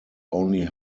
only